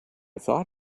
thought